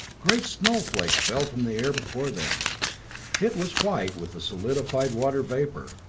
great snowflakes fell from the air before them it was white with the solidified water vapor.